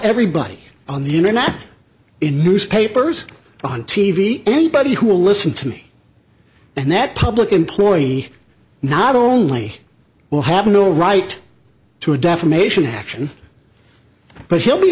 everybody on the internet in newspapers or on t v anybody who will listen to me and that public employee not only will have no right to a defamation action but he'll be